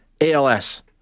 ALS